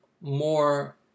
more